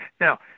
Now